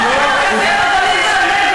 את ממש הזויה.